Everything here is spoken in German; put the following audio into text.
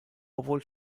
obwohl